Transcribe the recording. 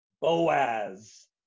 Boaz